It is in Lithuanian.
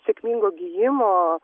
sėkmingo gijimo